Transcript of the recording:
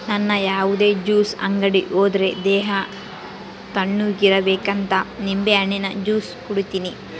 ನನ್ ಯಾವುದೇ ಜ್ಯೂಸ್ ಅಂಗಡಿ ಹೋದ್ರೆ ದೇಹ ತಣ್ಣುಗಿರಬೇಕಂತ ನಿಂಬೆಹಣ್ಣಿನ ಜ್ಯೂಸೆ ಕುಡೀತೀನಿ